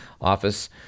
office